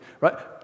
right